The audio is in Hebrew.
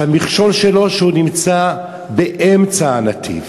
שהמכשול שלו, שהוא נמצא באמצע הנתיב.